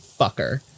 fucker